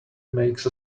makes